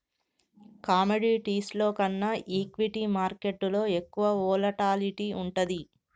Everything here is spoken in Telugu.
కమోడిటీస్లో కన్నా ఈక్విటీ మార్కెట్టులో ఎక్కువ వోలటాలిటీ వుంటది